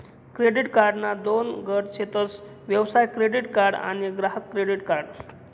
credit कार्डना दोन गट शेतस व्यवसाय क्रेडीट कार्ड आणि ग्राहक क्रेडीट कार्ड